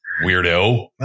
Weirdo